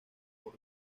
por